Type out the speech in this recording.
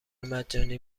مجانی